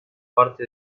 parte